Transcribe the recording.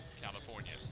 California